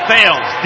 Fails